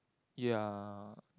ya